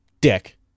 Dick